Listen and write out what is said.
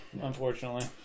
unfortunately